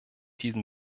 diesen